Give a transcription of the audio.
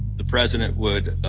the president would,